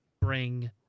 bring